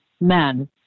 men